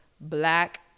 black